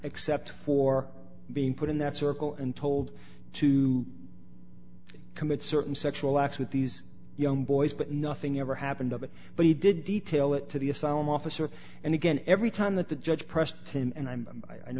except for being put in that circle and told to commit certain sexual acts with these young boys but nothing ever happened of it but he did detail it to the asylum officer and again every time that the judge pressed him and i'm and